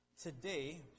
Today